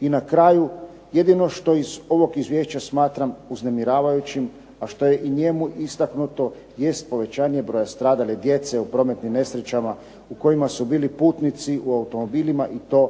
I na kraju, jedino što iz ovog izvješća smatram uznemiravajućim, a što je i u njemu istaknuto jest povećanje broja stradale djece u prometnim nesrećama u kojima su bili putnici u automobilima i to